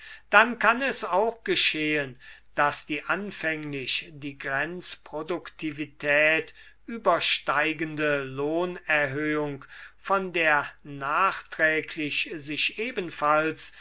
dann kann es auch geschehen daß die anfänglich die grenzproduktivität übersteigende lohnerhöhung von der nachträglich sich ebenfalls